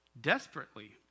desperately